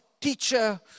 teacher